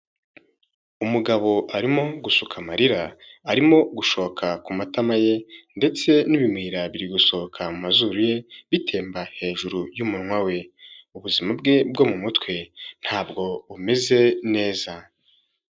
Umugabo arimo gusuka amarira arimo gushoka ku matama ye ndetse n'ibimyira biri gusohoka mu mazuru ye bitemba hejuru y'umunwa we, ubuzima bwe bwo mu mutwe ntabwo bumeze neza.